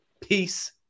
Peace